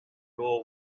raw